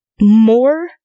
more